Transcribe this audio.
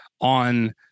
on